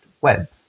webs